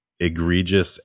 egregious